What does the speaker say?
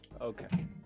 Okay